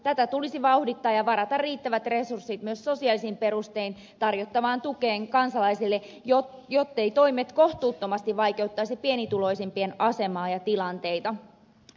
tätä tulisi vauhdittaa ja varata riittävät resurssit myös sosiaalisin perustein tarjottavaan tukeen kansalaisille jotteivät toimet kohtuuttomasti vaikeuttaisi pienituloisimpien asemaa ja tilanteita